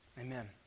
Amen